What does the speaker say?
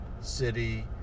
city